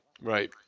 right